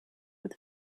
with